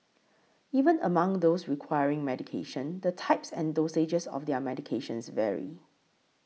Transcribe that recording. even among those requiring medication the types and dosages of their medications vary